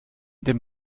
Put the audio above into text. dem